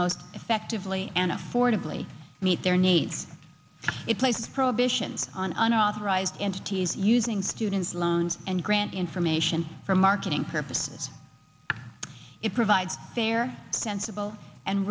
most effectively and affordably meet their needs it places prohibitions on unauthorized entities using student loans and grant information for marketing purposes it provides fair sensible and